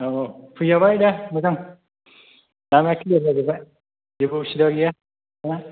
औ औ फैजाबाय दा मोजां लामाया क्लियार जाजोबबाय जेबो उसुबिदा गैया